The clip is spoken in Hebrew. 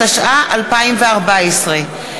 התשע"ו 2016, לא אושרה.